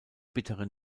bittere